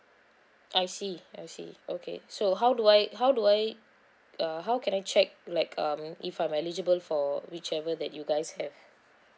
I see I see okay so how do I how do I uh how can I check like um if I'm eligible for whichever that you guys have